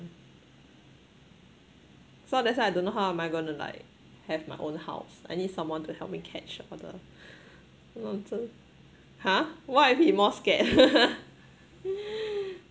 so that's why I don't know how am I gonna like have my own house I need someone to help me catch all the nonsense !huh! what if he more scared